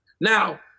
Now